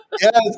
Yes